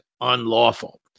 unlawful